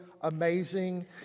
amazing